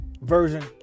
version